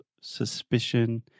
suspicion